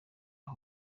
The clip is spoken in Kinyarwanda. aho